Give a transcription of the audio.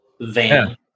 van